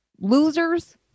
losers